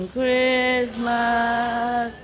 Christmas